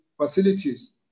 facilities